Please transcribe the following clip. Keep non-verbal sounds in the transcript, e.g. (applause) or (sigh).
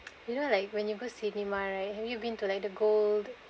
(noise) you know like when you go cinema right have you been to like the gold